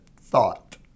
thought